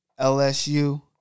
LSU